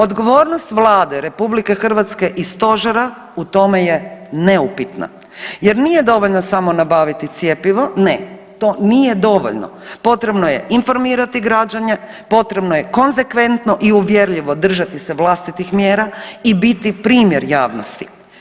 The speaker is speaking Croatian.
Odgovornost Vlade RH i stožera u tome je neupitna jer nije dovoljno samo nabaviti cjepivo, ne to nije dovoljno, potrebno je informirati građane, potrebno je konzekventno i uvjerljivo držati se vlastitih mjera i biti primjer javnosti.